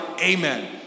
amen